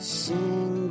sing